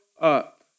up